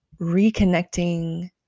reconnecting